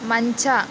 ಮಂಚ